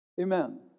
Amen